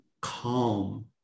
calm